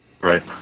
Right